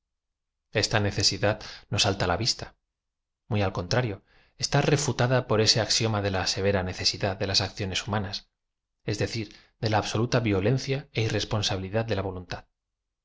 esta necesidad oo salta á la tista muy al contrarío está refutada por ese axiom a de la severa necesidad de las acciones humanas ea decir de la absoluta violencia é irresponsabilidad de la v